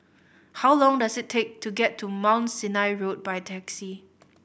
how long does it take to get to Mount Sinai Road by taxi